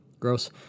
gross